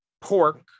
pork